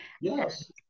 Yes